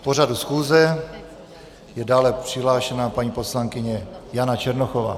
K pořadu schůze je dále přihlášena paní poslankyně Jana Černochová.